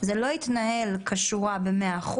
זה לא התנהל כשורה ב-100%,